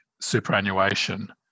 superannuation